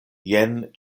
jen